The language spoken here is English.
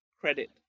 credit